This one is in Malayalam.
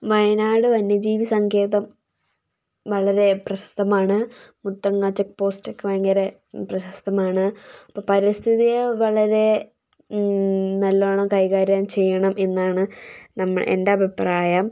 വയനാട് വന്യജീവി സങ്കേതം വളരെ പ്രശസ്തമാണ് മുത്തങ്ങ ചെക്ക് പോസ്റ്റ് ഒക്കെ ഭയങ്കര പ്രശസ്തമാണ് ഇപ്പം പരിസ്ഥിതിയെ വളരെ നല്ലോണം കൈകാര്യം ചെയ്യണം എന്നാണ് നമ്മൾ എൻ്റെ അഭിപ്രായം